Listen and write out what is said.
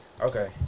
okay